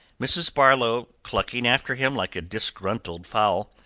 mrs. barlow clucking after him like a disgruntled fowl,